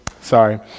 sorry